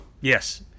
Yes